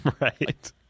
Right